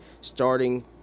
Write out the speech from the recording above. starting